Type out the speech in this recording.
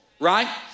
right